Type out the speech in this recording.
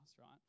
right